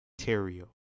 Ontario